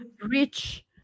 rich